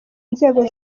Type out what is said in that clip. nzego